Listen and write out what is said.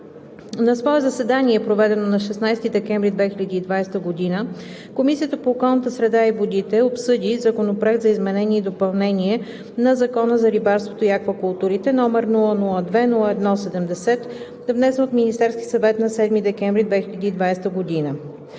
На свое заседание, проведено на 16 декември 2020 г., Комисията по околната среда и водите обсъди Законопроект за изменение и допълнение на Закона за рибарството и аквакултурите, № 002-01-70, внесен от Министерския съвет на 7 декември 2020 г.